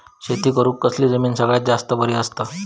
शेती करुक कसली जमीन सगळ्यात जास्त बरी असता?